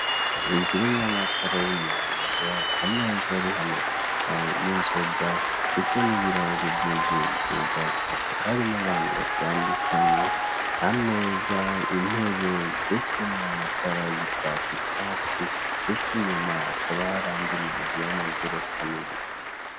Inzu irimo amatara y'umuhondo, ameza ariho amacupa y'inzoga ndetse n'ibirahuri byuzuye inzoga, hakaba harimo abantu batandukanye, ameza, intebe ndetse n'amatara Ari kwaka icyatsi ndetse n'inyuma hakaba hari andi mazu y'amagorofa n'ibiti.